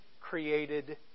created